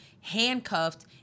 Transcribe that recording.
handcuffed